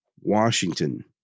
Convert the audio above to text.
Washington